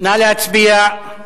נא להצביע.